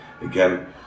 Again